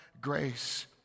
grace